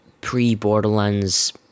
pre-Borderlands